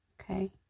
Okay